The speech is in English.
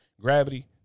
gravity